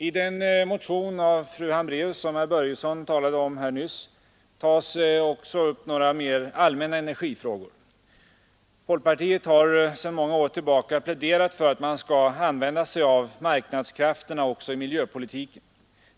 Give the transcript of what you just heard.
I den motion av fru Hambraeus, som herr Börjesson i Glömminge nyss talade om, tas också några mera allmänna energifrågor upp. Folkpartiet har i många år pläderat för att man skall använda sig av marknadskrafterna också i miljöpolitiken.